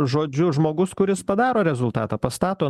žodžiu žmogus kuris padaro rezultatą pastato